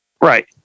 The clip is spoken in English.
Right